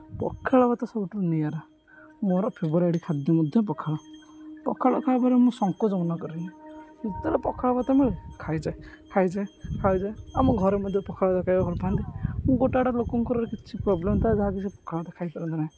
ପଖାଳ ଭାତ ସବୁଠୁ ନିଆରା ମୋର ଫେଭରାଇଟ୍ ଖାଦ୍ୟ ମଧ୍ୟ ପଖାଳ ପଖାଳ ଖାଇବାରେ ମୁଁ ସଙ୍କୋଚ ମନେକରେନି ଯେତେ ଥର ପଖାଳ ଭାତ ମିଳେ ଖାଇଯାଏ ଖାଇଯାଏ ଖାଇଯାଏ ଆମ ଘରେ ମଧ୍ୟ ପଖାଳ ଭାତ ଖାଇବାକୁ ଭଲପାଆନ୍ତି ମୁଁ ଗୋଟେ ଗୋଟେ ଲୋକଙ୍କର କିଛି ପ୍ରବ୍ଲେମ୍ ଥାଏ ଯାହାକିି ସେ ପଖାଳ ଭାତ ଖାଇପାରନ୍ତି ନାହିଁ